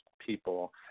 people